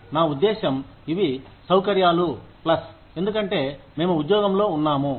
నా ఉద్దేశ్యం ఇవి సౌకర్యాలు ప్లస్ ఎందుకంటే మేము ఉద్యోగంలో ఉన్నాము